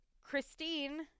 Christine